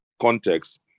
context